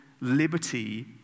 liberty